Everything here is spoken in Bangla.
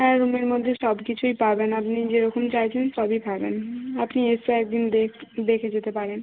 হ্যাঁ রুমের মধ্যে সব কিছুই পাবেন আপনি যেরকম চাইছেন সবই পাবেন আপনি এসে এক দিন দেখ দেখে যেতে পারেন